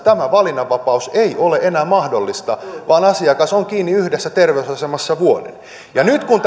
tämä valinnanvapaus ei ole enää mahdollista vaan asiakas on kiinni yhdessä terveysasemassa vuoden ja nyt kun